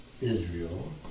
Israel